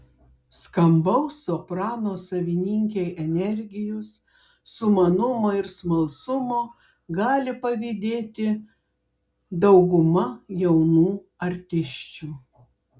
skambaus soprano savininkei energijos sumanumo ir smalsumo gali pavydėti dauguma jaunų artisčių